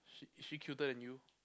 she is she cuter than you